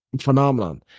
phenomenon